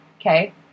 okay